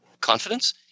confidence